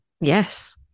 Yes